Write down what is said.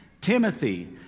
Timothy